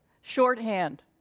shorthand